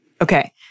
Okay